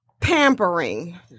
pampering